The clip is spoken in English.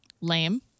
Lame